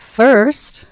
first